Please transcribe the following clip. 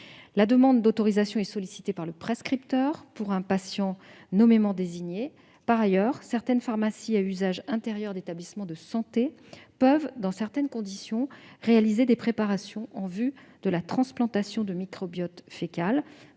La demande d'autorisation est sollicitée par le prescripteur pour un patient nommément désigné. Par ailleurs, certaines pharmacies à usage intérieur d'établissements de santé peuvent, dans certaines conditions, réaliser des préparations en vue de la transplantation de microbiote fécal